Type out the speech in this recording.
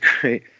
great